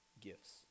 gifts